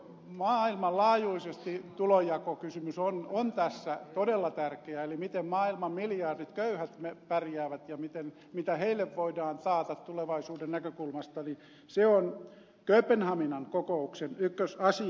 maailmanlaajuisesti tulonjakokysymys on tässä todella tärkeä eli miten maailman miljardit köyhät pärjäävät ja mitä heille voidaan taata tulevaisuuden näkökulmasta se on kööpenhaminan kokouksen ykkösasia